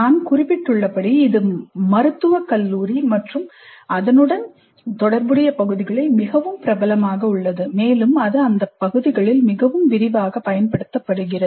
நான் குறிப்பிட்டுள்ளபடி இது மருத்துவக் கல்வி மற்றும் அதனுடன் தொடர்புடைய பகுதிகளில் மிகவும் பிரபலமாக உள்ளது மேலும் அது அந்த பகுதிகளில் மிகவும் விரிவாகப் பயன்படுத்தப்படுகிறது